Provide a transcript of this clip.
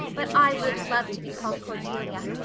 but i would love to be called cordelia.